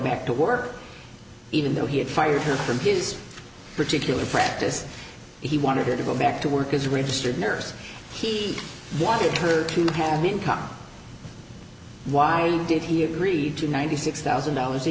back to work even though he had fired her from his particular practice he wanted her to go back to work is registered nurse he wanted her to have the income why did he agree to ninety six thousand dollars a